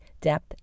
depth